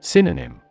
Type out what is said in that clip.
Synonym